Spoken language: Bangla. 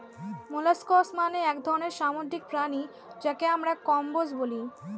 মোলাস্কস মানে এক ধরনের সামুদ্রিক প্রাণী যাকে আমরা কম্বোজ বলি